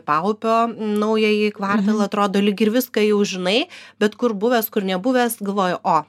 paupio naująjį kvartalą atrodo lyg ir viską jau žinai bet kur buvęs kur nebuvęs galvoji o